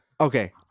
Okay